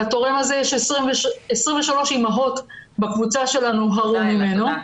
לתורם הזה יש 23 אימהות בקבוצה שלנו שהרו ממנו,